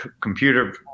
computer